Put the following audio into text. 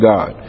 God